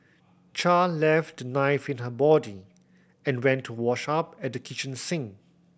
Char left the knife in her body and went to wash up at the kitchen sink